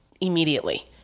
Immediately